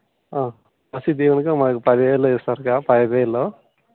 పశు దీవెనగా మాకు పది వేలు వేస్తారు అక్క పది వేలు